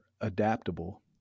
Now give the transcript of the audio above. adaptable